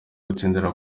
gutsindira